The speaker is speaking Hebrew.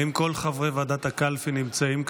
האם כל חברי ועדת הקלפי נמצאים כאן,